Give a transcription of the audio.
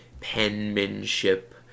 penmanship